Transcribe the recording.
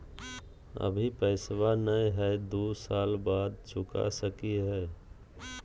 अभि पैसबा नय हय, दू साल बाद चुका सकी हय?